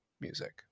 music